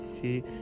see